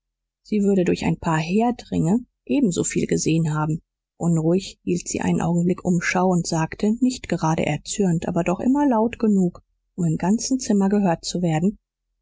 sie würde durch ein paar herdringe ebensoviel gesehen haben unruhig hielt sie einen augenblick umschau und sagte nicht gerade erzürnt aber doch immer laut genug um im ganzen zimmer gehört zu werden